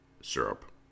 syrup